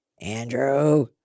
Andrew